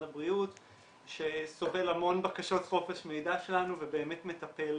הבריאות שסובל המון בקשות חופש מידע שלנו ובאמת מטפל